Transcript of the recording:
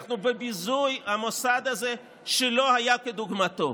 אנחנו בביזוי המוסד הזה שלא היה כדוגמתו,